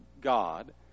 God